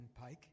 Pike